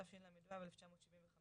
התשל"ו-1975,